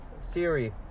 Siri